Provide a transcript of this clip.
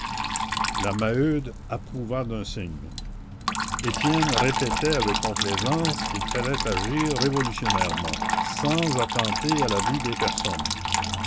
la maheude approuva d'un signe étienne répétait avec complaisance qu'il fallait agir révolutionnairement sans attenter à la vie des personnes